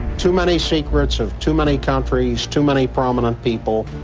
too many secrets of too many countries, too many prominent people,